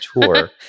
tour